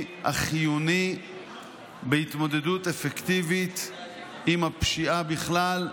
החיוני בהתמודדות אפקטיבית עם הפשיעה בכלל,